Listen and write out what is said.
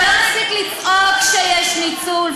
אבל לא מספיק לצעוק שיש ניצול,